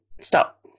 stop